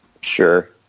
Sure